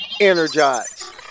energize